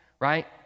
right